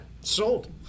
Sold